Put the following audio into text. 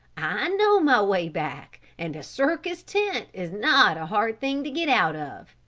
i know my way back and a circus tent is not a hard thing to get out of.